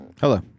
hello